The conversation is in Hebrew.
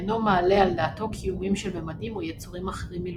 ואינו מעלה על דעתו קיומם של ממדים או יצורים אחרים מלבדו.